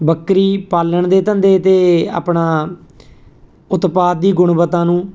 ਬੱਕਰੀ ਪਾਲਣ ਦੇ ਧੰਦੇ 'ਤੇ ਆਪਣਾ ਉਤਪਾਦ ਦੀ ਗੁਣਵੱਤਾ ਨੂੰ